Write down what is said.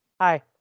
Hi